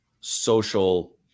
social